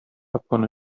upon